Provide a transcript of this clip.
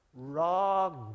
Raw